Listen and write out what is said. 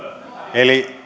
eli